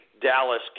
Dallas